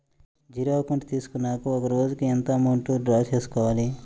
Zero account తీసుకున్నాక ఒక రోజుకి ఎంత అమౌంట్ డ్రా చేసుకోవాలి?